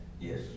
Yes